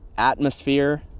Atmosphere